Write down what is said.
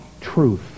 truth